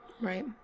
right